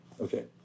Okay